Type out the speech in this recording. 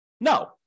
No